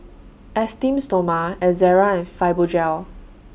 Esteem Stoma Ezerra and Fibogel